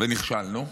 ונכשלנו.